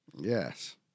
Yes